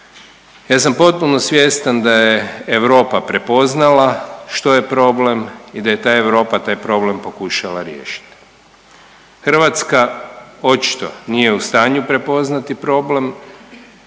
Ja sam potpuno svjestan da je Europa prepoznala što je problem i da je ta Europa taj problem pokušala riješiti. Hrvatska očito nije u stanju prepoznati problem,